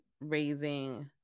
raising